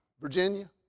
Virginia